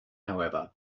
however